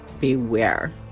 beware